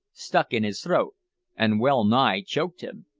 stuck in his throat and well-nigh choked him.